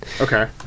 Okay